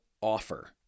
offer